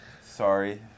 Sorry